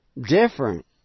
different